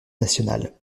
nationale